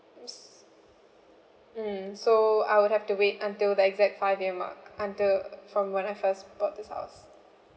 mm so I would have to wait until the exact five year mark until uh from when I first bought this house